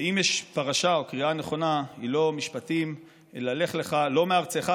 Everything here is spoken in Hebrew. ואם יש פרשה או קריאה נכונה היא לא "משפטים" אלא "לך לך" לא מארצך,